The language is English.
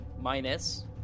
Minus